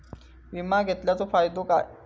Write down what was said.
विमा घेतल्याचो फाईदो काय?